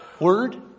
Word